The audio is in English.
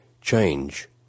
change